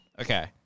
okay